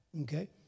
okay